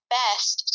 best